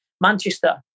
Manchester